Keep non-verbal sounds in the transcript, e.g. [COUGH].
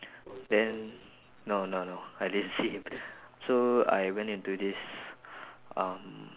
then no no no I didn't see him [BREATH] so I went into this [BREATH] um